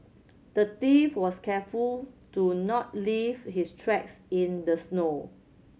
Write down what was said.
the thief was careful to not leave his tracks in the snow